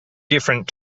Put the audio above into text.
different